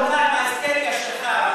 אתה עם ההיסטריה שלך,